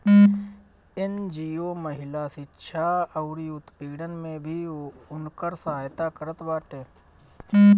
NGO महिला शिक्षा अउरी उत्पीड़न में भी उनकर सहायता करत बाटे